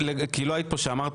כי לא היית פה שאמרתי,